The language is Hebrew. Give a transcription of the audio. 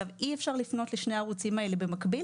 אי אפשר לפנות לשני הערוצים האלה במקביל